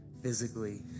physically